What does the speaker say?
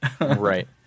Right